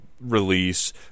release